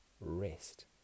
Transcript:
rest